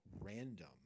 random